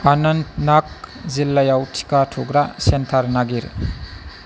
आनन्तनाग जिल्लायाव टिका थुग्रा सेन्टार नागिर